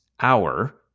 hour